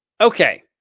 okay